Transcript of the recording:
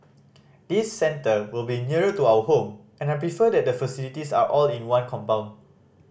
this centre will be nearer to our home and I prefer that the facilities are all in one compound